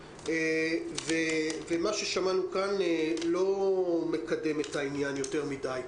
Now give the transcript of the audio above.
מה ששמענו כאן לא מקדם את העניין יותר מידי.